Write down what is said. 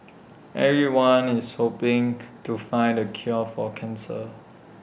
everyone is hoping to find the cure for cancer